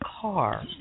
car